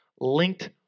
Linked